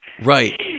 Right